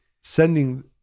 sending